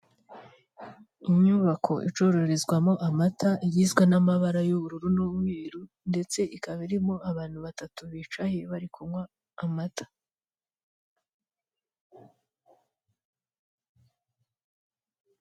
Ibi ni ibi nyobwa by'abana bifunikishije umufuniko, ibara ry'umuhondo biri mu icupa rizamuye, harihoamagambo y'umukara.